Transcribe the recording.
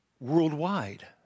worldwide